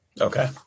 Okay